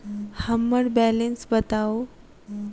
हम्मर बैलेंस बताऊ